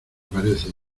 parece